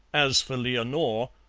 as for leonore,